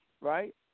right